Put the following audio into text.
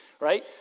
right